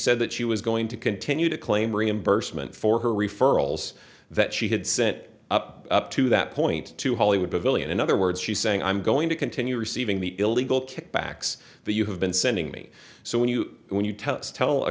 said that she was going to continue to claim reimbursement for her referrals that she had sent up to that point to hollywood pavillion in other words she's saying i'm going to continue receiving the illegal kickbacks that you have been sending me so when you when you tell